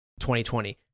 2020